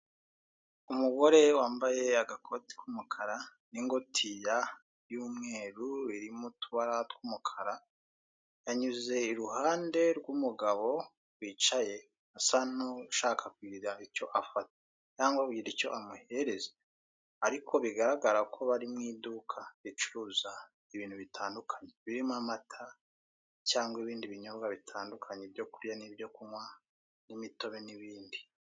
Umugore wambaye agakote k'umukara ni ngutiya y'umweru irimo utubara tw'umukara yanyuze iruhande rw' umugabo wicaye usa nushaka kugira icyo afata cyangwa kugira icyo amuhereza ariko bigaragara ko bari mw'iduka ricuruza ibintu bitandukanye birimo amata cyangwa ibindi binyobwa bitandukanye byo kurya no kunywa ni mitobe n'ibindi.